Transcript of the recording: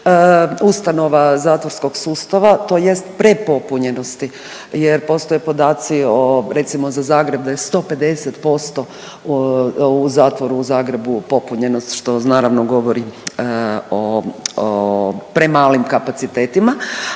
ustanova zatvorskog sustava tj. prepopunjenosti jer postoje podaci o, recimo za Zagreb da je 150% u zatvoru u Zagrebu popunjeno što naravno govori o premalim kapacitetima.